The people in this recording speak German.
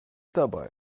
dabei